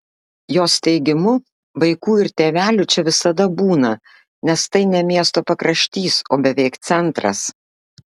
jos teigimu vaikų ir tėvelių čia visada būna nes tai ne miesto pakraštys o beveik centras